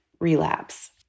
relapse